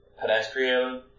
pedestrian